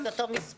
את אותו מספר.